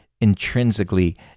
intrinsically